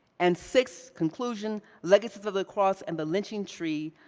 and six, conclusion, legacies of the cross and the lynching tree,